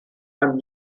amb